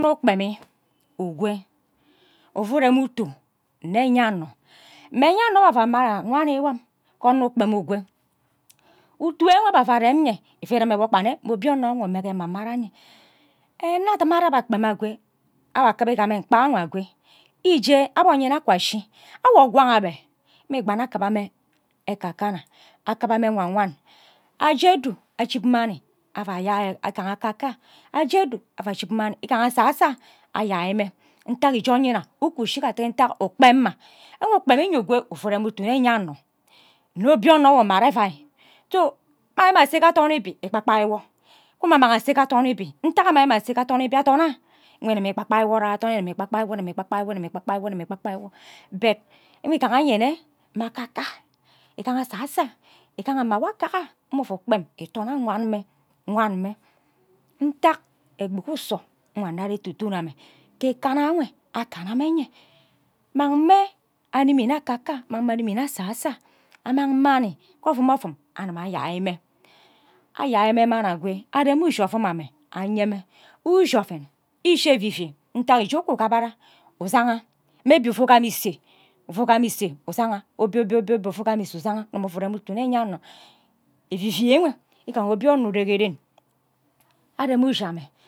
Wo ukpenni ukwe uvu urem utu nne eyano mma enyano mmbe ava mara wani wom ke onne ukpem ukwe utue ewe aba ava ren nye ivi rime wom kpan nne mme obie nno nyen ke emera enye anno adim ere akpem akwe abe akima igima ekpa anya ewe ije abe onyina aski awo ngwang abe anno agba nne akib bhe eke kano akibe mme ewe wan aje edu ajim mani ava yai igaha aka arn je edu ava jib mani uje unyi anna uku shiga ghe nta ukpem mma ewe ukpem ewe ukwe uuo urem utu nne eyano nne obie onno nwo umara evai so re mmbe imang ase athon enyewo ikpai kpai nwan mme ase ghe athen ibi amang mme ase ghe athon ibi anta amang mme ase ke athon ibi athon arh ike igima ikpai wo igimi ikpai ir igimi kpai kpai wo igimi ikpai kpai but nwo igaha enye nne mme akaka mme abase igahar mma mbiaka amme uvu kpem ito nghe nne ja awan mme wan mme nta egbi ke usoso nghe anab eteton ame awe akana mme ani me asosa amang mani anime ayai mme ayai mme mani aku anyen mme ushi oven amme ushi ishi evivue nta uje uku ukibara usang maybe ufu kum ise umang ise usan obie obie ufu agam ise usanga ugini ufu urem utu nne enye nno evivie enw nga obie onno ure ghe ren arem ushi amse